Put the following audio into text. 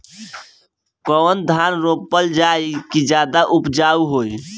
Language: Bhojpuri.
कौन धान रोपल जाई कि ज्यादा उपजाव होई?